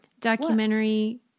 documentary